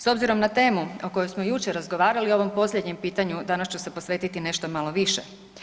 S obzirom na temu o kojoj smo jučer razgovarali u ovom posljednjem pitanju danas ću se posvetiti nešto malo više.